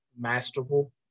masterful